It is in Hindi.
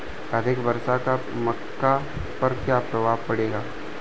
अधिक वर्षा का मक्का पर क्या प्रभाव पड़ेगा?